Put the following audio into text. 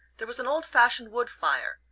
there was an old-fashioned wood-fire,